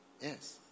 Yes